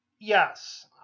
Yes